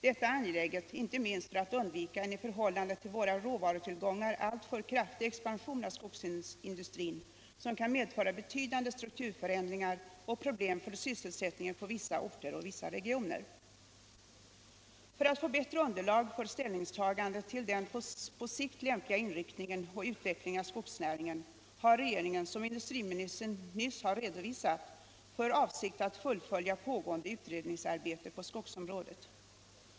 Detta är angeläget inte minst för att undvika en i förhållande till våra råvarutillgångar alltför kraftig expansion av skogsindustrin som kan medföra betydande strukturförändringar och problem för sysselsättningen på vissa orter och i vissa regioner. För att få bättre underlag för ställningstaganden till den på sikt lämpliga inriktningen och utvecklingen av skogsnäringen har regeringen, som industriministern nyss har redovisat, för avsikt att fullfölja pågående utredningsarbete på skogsområdet.